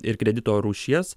ir kredito rūšies